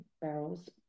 barrels